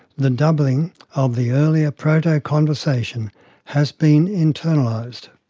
the doubling of the earlier proto-conversation has been internalized.